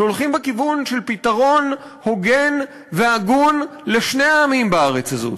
שהולכים בכיוון של פתרון הוגן והגון לשני העמים בארץ הזאת,